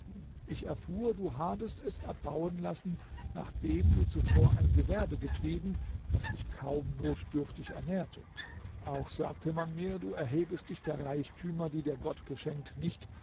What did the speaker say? ich erfuhr du habest es erbauen lassen nachdem du zuvor ein gewerbe getrieben das dich kaum notdürftig ernährte auch sagte man mir du erhebest dich der reichtümer die dir gott geschenkt nicht